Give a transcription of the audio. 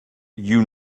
you